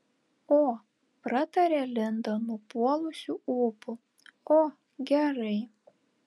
o pratarė linda nupuolusiu ūpu o gerai